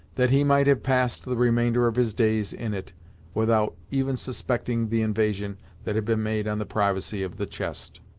that he might have passed the remainder of his days in it without even suspecting the invasion that had been made on the privacy of the chest.